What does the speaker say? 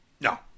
No